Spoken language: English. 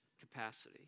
capacity